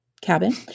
cabin